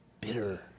bitter